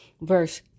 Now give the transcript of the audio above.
Verse